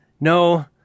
no